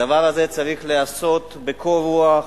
הדבר הזה צריך להיעשות בקור רוח.